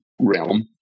realm